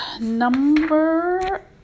Number